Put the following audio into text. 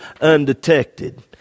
undetected